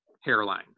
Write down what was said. hairline